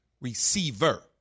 receiver